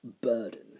burden